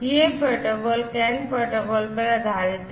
यह protocol CAN protocol पर आधारित है